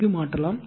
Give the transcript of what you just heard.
க்கு மாற்றலாம்